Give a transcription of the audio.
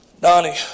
Donnie